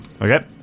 Okay